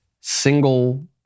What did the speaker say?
single